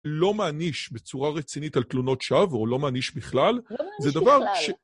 לא מעניש בצורה רצינית על תלונות שווא, או לא מעניש בכלל. לא מעניש בכלל.